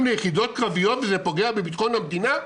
ליחידות קרביות וזה פוגע בביטחון המדינה?